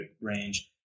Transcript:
range